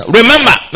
remember